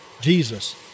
Jesus